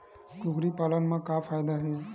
कुकरी पालन म का फ़ायदा हे?